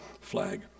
flag